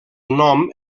nom